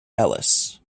ellis